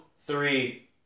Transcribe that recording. three